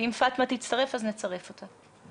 ואם פאטמה תצטרף אז נצרף אותה.